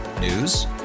News